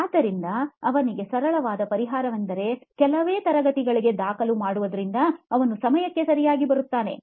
ಆದ್ದರಿಂದ ಅವನಿಗೆ ಸರಳವಾದ ಪರಿಹಾರವೆಂದರೆ ಕೆಲವೇ ತರಗತಿಗಳಿಗೆ ದಾಖಲು ಮಾಡುವುದರಿಂದ ಅವನು ಸಮಯಕ್ಕೆ ಸರಿಯಾಗಿ ಬರುತ್ತಾನೆ